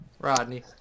Rodney